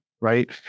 right